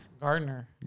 Gardner